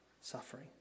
suffering